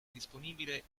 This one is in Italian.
disponibile